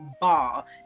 ball